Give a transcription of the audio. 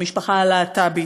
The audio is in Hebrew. המשפחה הלהט"בית.